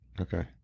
Okay